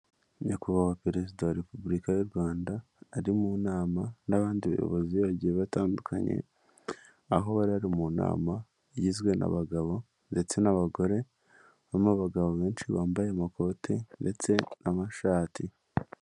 Nyakubahwa perezida wa repubulika y'u Rwanda ari mu nama n'abandi bayobozi bagiye batandukanye, aho bari ari mu nama igizwe n'abagabo ndetse n'abagore barimo abagabo benshi bambaye amakoti ndetse n'amashati.